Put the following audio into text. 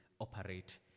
operate